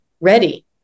ready